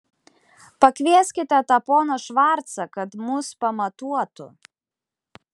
pakvieskite tą poną švarcą kad mus pamatuotų